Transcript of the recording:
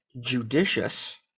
judicious